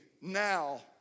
now